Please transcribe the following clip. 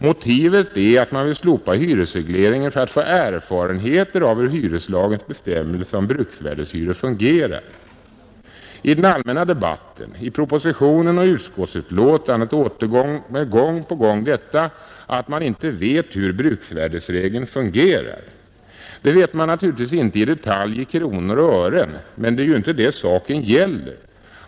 Motivet är att man vill slopa hyresregleringen för att få erfarenheter av hur hyreslagens bestämmelser om bruksvärdehyror fungerar. I den allmänna debatten, i propositionen och i utskottsbetänkandet återkommer gång på gång det argumentet att man inte vet hur bruksvärderegeln fungerar. Det vet man naturligtvis inte i detalj, i kronor och ören, men det är inte det saken gäller.